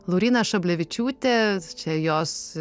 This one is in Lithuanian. lauryna šablevičiūtė čia jos